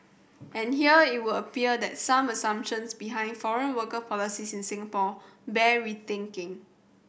and here it would appear that some assumptions behind foreign worker policies in Singapore bear rethinking